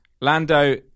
Lando